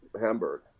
Hamburg